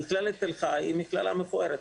מכללת תל חי היא מכללה מפוארת,